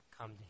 come